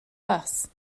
bus